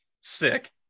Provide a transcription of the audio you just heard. Sick